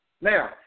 Now